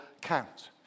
count